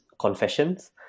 Confessions